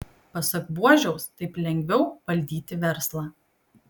pasak buožiaus taip lengviau valdyti verslą